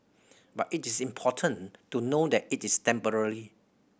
but it is important to know that it is temporary